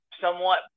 somewhat